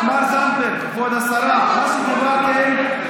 כבוד השרה זנדברג,